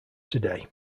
today